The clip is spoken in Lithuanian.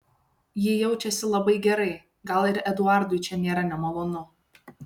ji jaučiasi labai gerai gal ir eduardui čia nėra nemalonu